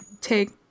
take